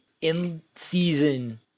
in-season